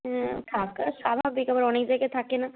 না থাকা স্বাভাবিক আবার অনেক জায়গায় থাকে না